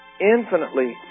infinitely